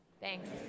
Thanks